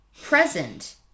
present